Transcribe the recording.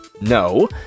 No